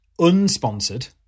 unsponsored